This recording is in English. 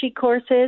courses